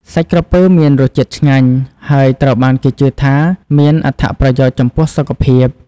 សាច់ក្រពើមានរសជាតិឆ្ងាញ់ ហើយត្រូវបានគេជឿថាមានអត្ថប្រយោជន៍ចំពោះសុខភាព។